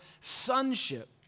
sonship